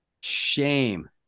Shame